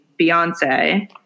Beyonce